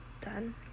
done